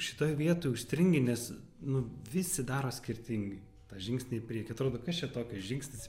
šitoj vietoj užstringi nes nu visi daro skirtingai tą žingsnį į priekį atrodo kas čia toks žingsnis